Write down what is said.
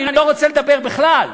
אני לא רוצה לדבר בכלל,